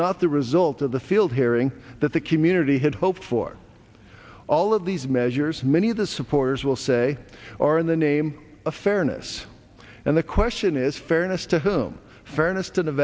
not the result of the field hearing that the community had hoped for all of these measures many of the supporters will say or in the name of fairness and the question is fairness to whom fairness to